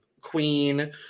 queen